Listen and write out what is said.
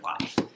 life